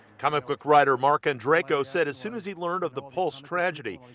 comic book writer marc andreyko said as soon as he learned of the pulse tragedy,